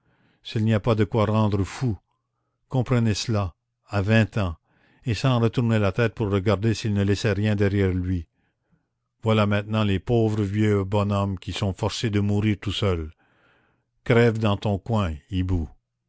s'il n'y a pas de quoi rendre fou comprenez cela à vingt ans et sans retourner la tête pour regarder s'il ne laissait rien derrière lui voilà maintenant les pauvres vieux bonshommes qui sont forcés de mourir tout seuls crève dans ton coin hibou